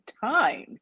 times